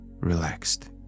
relaxed